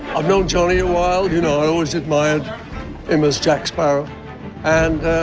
i've known johnny a while. you know, i always admired emma's jack sparrow and